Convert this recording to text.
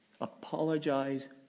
apologize